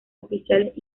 oficiales